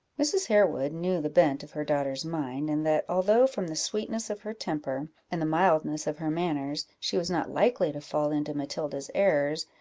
mrs. harewood knew the bent of her daughter's mind, and that although, from the sweetness of her temper and the mildness of her manners, she was not likely to fall into matilda's errors,